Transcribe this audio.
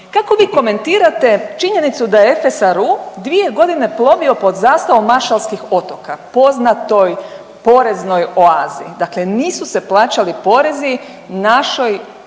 Kako vi komentirate činjenicu da je FSRU plovio pod zastavom Maršalskih otoka poznatoj poreznoj oazi. Dakle, nisu se plaćali porezi našoj